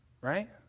right